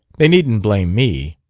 they needn't blame me.